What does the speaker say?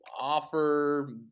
offer